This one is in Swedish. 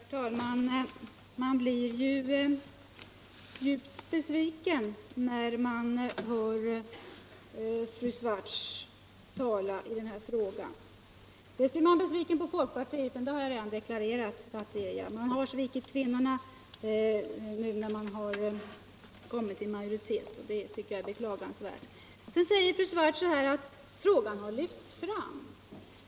Herr talman! Man blir djupt besviken när man:. hör fru Swartz tala i den här frågan. Man blir besviken på folkpartiet — det har jag redan deklarerat — som har svikit kvinnorna nu när de borgerliga har kommit 1 mujoritet, och det tycker jag är beklagansvärt. Fru Swartz säper att frågan har lyfts fram.